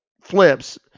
flips